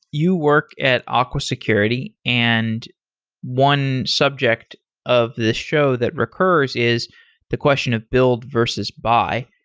you work at aqua security, and one subject of the show that recurs is the question of build versus buy,